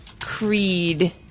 Creed